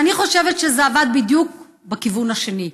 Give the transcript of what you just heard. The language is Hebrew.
אני חושבת שזה עבד בדיוק בכיוון השני.